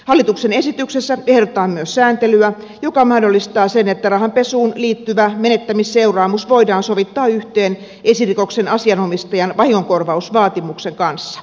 hallituksen esityksessä ehdotetaan myös sääntelyä joka mahdollistaa sen että rahanpesuun liittyvä menettämisseuraamus voidaan sovittaa yhteen esirikoksen asianomistajan vahingonkorvausvaatimuksen kanssa